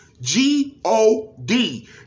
G-O-D